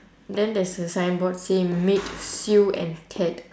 then there's a signboard say made sue and ted